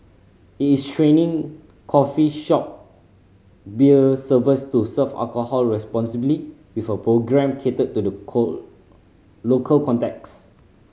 it is training coffee shop beer servers to serve alcohol responsibly with a programme catered to the local context